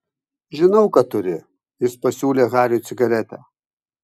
žinau kad turi jis pasiūlė hariui cigaretę